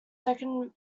second